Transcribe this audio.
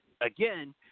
again